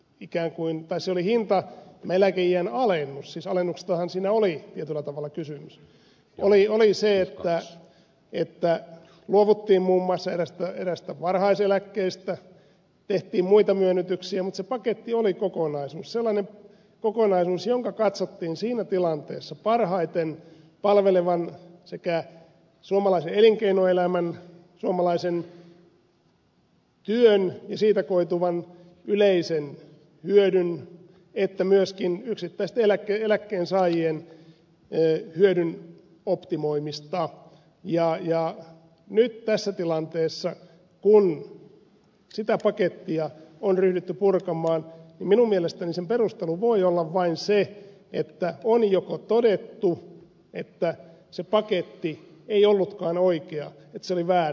ikään kuin eläkeiän alennukselle siis alennuksestahan siinä oli tietyllä tavalla kysymys oli se että luovuttiin muun muassa eräästä varhaiseläkkeestä tehtiin muita myönnytyksiä mutta se paketti oli kokonaisuus sellainen kokonaisuus jonka katsottiin siinä tilanteessa parhaiten palvelevan sekä suomalaisen elinkeinoelämän suomalaisen työn ja siitä koituvan yleisen hyödyn että myöskin yksittäisten eläkkeensaajien hyödyn optimoimista ja nyt tässä tilanteessa kun sitä pakettia on ryhdytty purkamaan minun mielestäni sen perustelu voi olla vain se että on todettu että se paketti ei ollutkaan oikea että se oli väärä